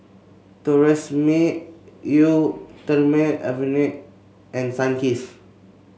Tresemme Eau Thermale Avene and Sunkist